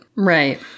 Right